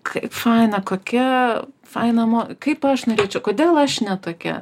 kaip faina kokia faina mo kaip aš norėčiau kodėl aš ne tokia